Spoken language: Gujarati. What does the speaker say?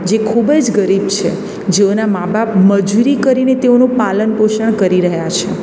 જે ખૂબ જ ગરીબ છે જેઓનાં મા બાપ મજૂરી કરીને તેઓનું પાલન પોષણ કરી રહ્યાં છે